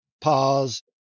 pause